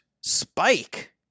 spike